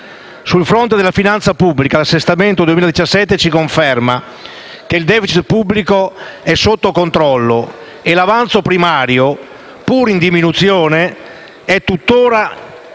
Sul fronte della finanza pubblica, l'assestamento 2017 ci conferma che il *deficit* pubblico è sotto controllo e l'avanzo primario, pur in diminuzione, è tutt'ora fra i